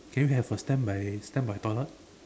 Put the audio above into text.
can you have a stand by stand by toilet